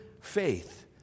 faith